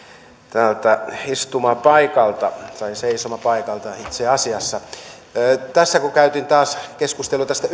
täältä istumapaikalta tai seisomapaikalta itse asiassa tässä kun käytiin taas keskustelua tästä